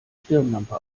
stirnlampe